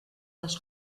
les